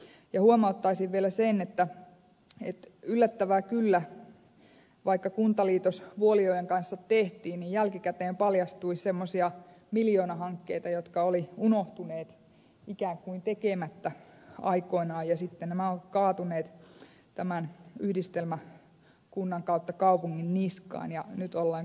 ja huomauttaisin vielä sen että yllättävää kyllä vaikka kuntaliitos vuolijoen kanssa tehtiin niin jälkikäteen paljastui semmoisia miljoonahankkeita jotka olivat unohtuneet ikään kuin tekemättä aikoinaan ja sitten nämä ovat kaatuneet tämän yhdistelmäkunnan kautta kaupungin niskaan ja nyt ollaan kyllä todella todella syvällä